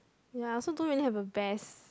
ya I also don't really have a best